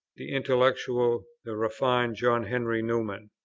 the intellectual, the refined john henry newman!